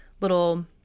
little